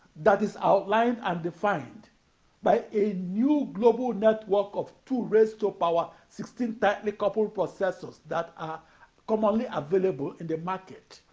that is outlined and defined by a new global network of two-raised-to-power sixteen tightly-coupled processors that are commonly available in the market.